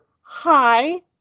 Hi